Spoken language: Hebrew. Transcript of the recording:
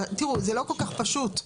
זה לא כל כך פשוט.